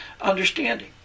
understanding